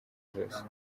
zose